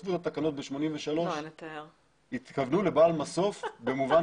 כשתכתבו את התקנות ב-1983 התכוונו לבעל מסוף במובן